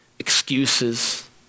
Excuses